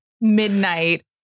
midnight